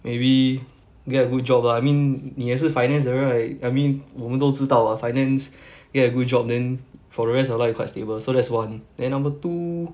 maybe get a good job lah I mean 你也是 finance 的 right I mean 我们都知道 ah finance get a good job then for the rest of your life quite stable so that's one then number two